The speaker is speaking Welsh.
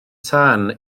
tân